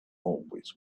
always